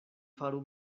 faru